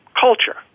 culture